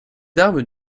d’armes